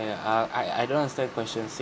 uh I I don't understand question six